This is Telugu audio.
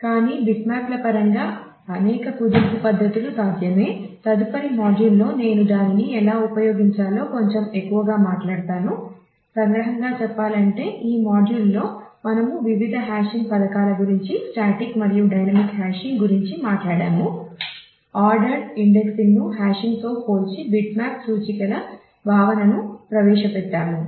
కానీ బిట్మ్యాప్ల పరంగా అనేక కుదింపు పద్ధతులు సాధ్యమే తదుపరి మాడ్యూల్ గురించి మాట్లాడాము ఆర్డర్ ఇండెక్సింగ్ను హాషింగ్తో పోల్చి బిట్మ్యాప్ సూచికల భావనను ప్రవేశపెట్టాము